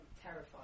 terrified